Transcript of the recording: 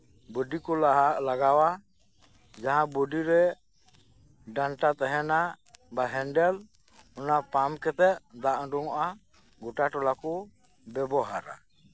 ᱵᱳᱰᱤ ᱠᱚ ᱞᱟᱦᱟ ᱞᱟᱜᱟᱣᱟ ᱡᱟᱦᱟᱸ ᱵᱳᱰᱤ ᱨᱮ ᱰᱟᱱᱴᱟ ᱛᱟᱦᱮᱸᱱᱟ ᱵᱟ ᱦᱮᱱᱰᱮᱞ ᱚᱱᱟ ᱯᱟᱢᱯ ᱠᱟᱛᱮ ᱫᱟᱜ ᱩᱰᱩᱝᱚᱜᱼᱟ ᱜᱚᱴᱟ ᱴᱚᱞᱟ ᱠᱩ ᱵᱮᱵᱚᱦᱟᱨᱟ